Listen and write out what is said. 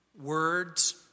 words